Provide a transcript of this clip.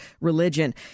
religion